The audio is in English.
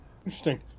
interesting